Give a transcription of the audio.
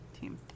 team